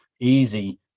easy